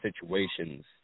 situations